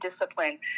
Discipline